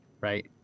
Right